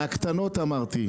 אני מהחברות הקטנות אמרתי.